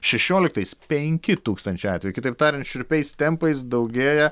šešioliktais penki tūkstančiai atvejų kitaip tariant šiurpiais tempais daugėja